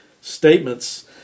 statements